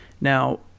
Now